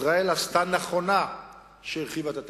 ישראל עשתה נכונה כשהרחיבה את התקציב,